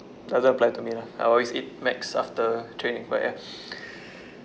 doesn't apply to me lah I always eat mac's after training but ya